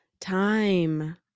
time